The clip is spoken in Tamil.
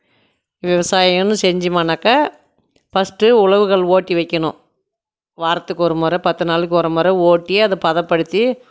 விவசாயம்னு செஞ்சுமனாக்க ஃபர்ஸ்ட்டு உழவுகள் ஓட்டி வைக்கணும் வாரத்துக்கு ஒரு முறை பத்து நாளைக்கு ஒரு முறை ஓட்டி அதை பதப்படுத்தி